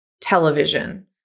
television